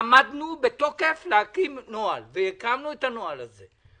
עמדנו בתוקף להקים נוהל והקמנו את הנוהל הזה.